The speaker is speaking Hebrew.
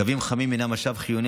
קווים חמים הם משאב חיוני,